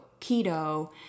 keto